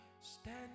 stand